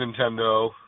Nintendo